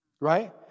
Right